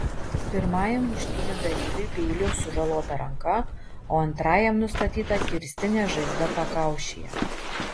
pirmajam muštynių dalyviui peiliu sužalota ranka o antrajam nustatyta kirstinė žaizda pakaušyje